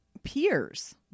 Peers